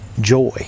joy